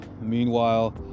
meanwhile